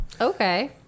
Okay